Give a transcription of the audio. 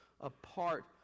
apart